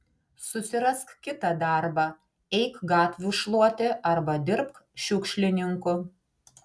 susirask kitą darbą eik gatvių šluoti arba dirbk šiukšlininku